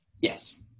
Yes